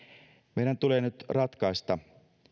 meidän tulee nyt ratkaista